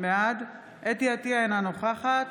בעד חוה אתי עטייה, אינה נוכחת